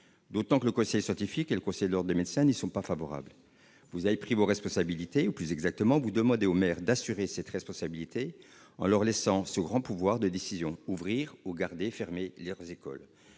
d'autant que le conseil scientifique et le conseil de l'ordre des médecins ne sont pas favorables à leur réouverture. Vous avez pris vos responsabilités ou, plus exactement, vous demandez aux maires d'assurer cette responsabilité en leur laissant ce grand pouvoir de décision : ouvrir leurs écoles